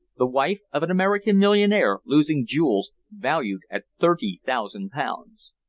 the wife of an american millionaire losing jewels valued at thirty thousand pounds.